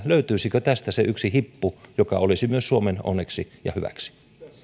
löytyisikö tästä se yksi hippu joka olisi myös suomen onneksi ja hyväksi